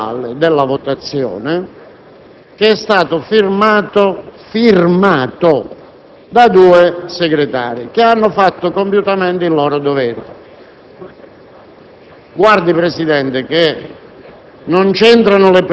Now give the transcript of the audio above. Presidente, è in possesso di un verbale della votazione che è stato firmato, firmato- ripeto - da due segretari che hanno assolto compiutamente il loro dovere.